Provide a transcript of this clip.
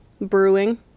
Brewing